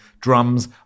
drums